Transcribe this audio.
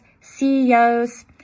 CEOs